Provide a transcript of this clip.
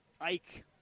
Ike